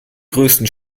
größten